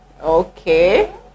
Okay